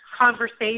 conversation